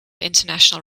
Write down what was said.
international